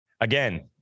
Again